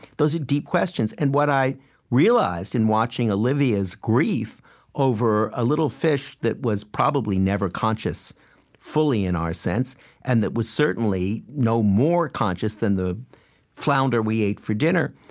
those are deep questions. and what i realized, in watching olivia's grief over a little fish that was probably never conscious fully in our sense and that was certainly no more conscious than the flounder we ate for dinner,